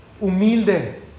humilde